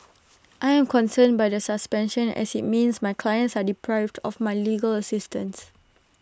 I am concerned by the suspension as IT means my clients are deprived of my legal assistance